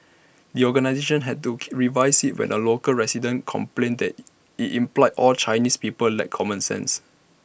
the organisation had to revise IT when A local resident complained that IT implied all Chinese people lacked common sense